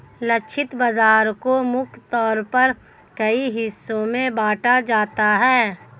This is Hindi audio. लक्षित बाजार को मुख्य तौर पर कई हिस्सों में बांटा जाता है